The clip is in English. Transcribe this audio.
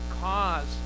cause